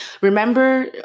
remember